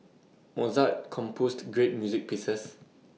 Mozart composed great music pieces